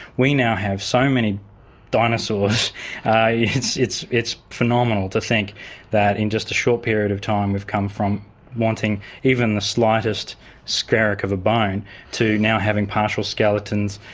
we now have so many dinosaurs it's it's phenomenal to think that in just a short period of time we've come from wanting even the slightest skerrick of a bone to now having partial skeletons,